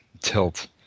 tilt